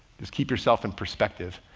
just keep yourself in perspective,